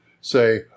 Say